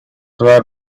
were